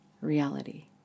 reality